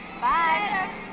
Bye